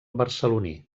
barceloní